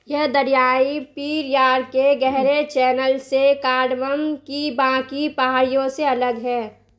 یہ دریائی پیریار کے گہرے چینل سے کارڈمم کی باقی پہاڑیوں سے الگ ہیں